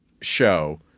show